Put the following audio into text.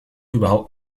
überhaupt